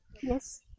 Yes